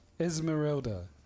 Esmeralda